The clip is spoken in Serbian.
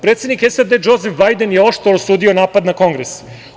Predsednik SAD Džozef Bajden je oštro osudio napad na Kongres.